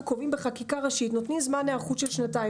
קובעים בחקיקה ראשית - נותנים זמן היערכות של שנתיים,